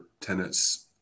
tenets